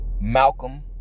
Malcolm